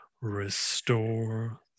restore